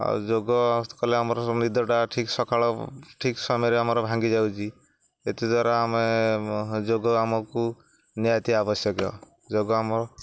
ଆଉ ଯୋଗ କଲେ ଆମର ନିଦଟା ଠିକ୍ ସକାଳ ଠିକ୍ ସମୟରେ ଆମର ଭାଙ୍ଗି ଯାଉଚି ଏତଦ୍ଵାରା ଆମେ ଯୋଗ ଆମକୁ ନିହାତି ଆବଶ୍ୟକୀୟ ଯୋଗ ଆମର